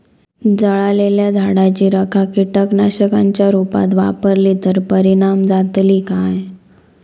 जळालेल्या झाडाची रखा कीटकनाशकांच्या रुपात वापरली तर परिणाम जातली काय?